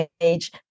age